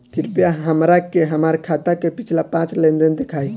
कृपया हमरा के हमार खाता के पिछला पांच लेनदेन देखाईं